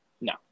No